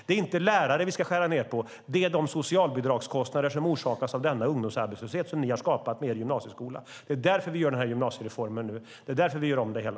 Det är inte lärare vi ska skära ned på utan de socialbidragskostnader som orsakas av denna ungdomsarbetslöshet, som ni har skapat med er gymnasieskola. Det är därför vi nu gör denna gymnasiereform. Det är därför vi gör om det hela.